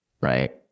right